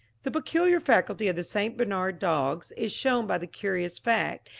the peculiar faculty of the st. bernard dogs is shown by the curious fact,